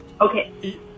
Okay